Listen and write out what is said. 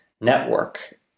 network